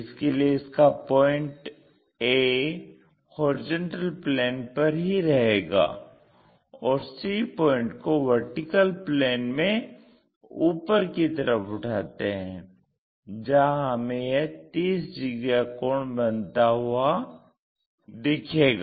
इसके लिए इसका पॉइंट a हॉरिजेंटल प्लेन पर ही रहेगा और c पॉइंट को वर्टिकल प्लेन में ऊपर की तरफ उठाते हैं जहां हमें यह 30 डिग्री का कोण बनता हुआ दिखेगा